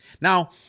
Now